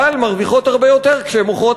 אבל מרוויחות הרבה יותר כשהן מוכרות